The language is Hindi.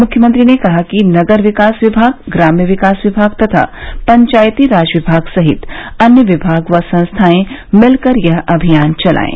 मुख्यमंत्री ने कहा कि नगर विकास विभाग ग्राम्य विकास विभाग तथा पंचायतीराज विभाग सहित अन्य विभाग व संस्थाएं मिलकर यह अभियान चलाएं